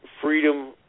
freedom